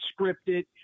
scripted